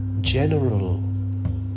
general